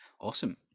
Awesome